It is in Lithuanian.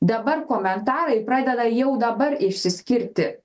dabar komentarai pradeda jau dabar išsiskirti